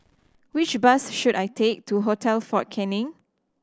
which bus should I take to Hotel Fort Canning